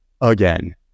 again